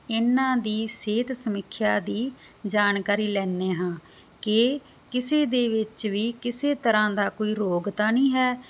ਇਹਨਾਂ ਦੀ ਸਿਹਤ ਸਮੀਖਿਆ ਦੀ ਜਾਣਕਾਰੀ ਲੈਦੇ ਹਾਂ ਕਿ ਕਿਸੇ ਦੇ ਵਿੱਚ ਵੀ ਕਿਸੇ ਤਰ੍ਹਾਂ ਦਾ ਕੋਈ ਰੋਗ ਤਾਂ ਨਹੀਂ ਹੈ